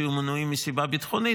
שיהיו מנועים מסיבה ביטחונית.